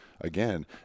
again